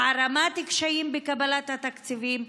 יש הערמת קשיים בקבלת התקציבים.